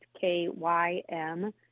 K-Y-M